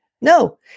No